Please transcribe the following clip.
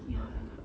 ya oh my god